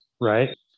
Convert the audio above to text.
right